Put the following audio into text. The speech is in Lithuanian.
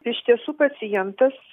iš tiesų pacientas